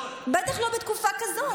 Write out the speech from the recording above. בטח לא בתקופה כזאת.